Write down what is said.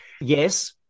yes